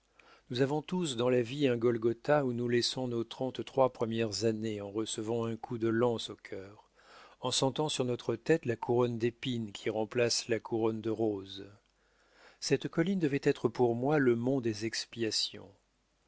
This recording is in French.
nous avons tous dans la vie un golgotha où nous laissons nos trente-trois premières années en recevant un coup de lance au cœur en sentant sur notre tête la couronne d'épines qui remplace la couronne de roses cette colline devait être pour moi le mont des expiations